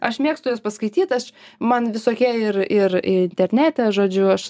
aš mėgstu juos paskaityt aš man visokie ir ir internete žodžiu aš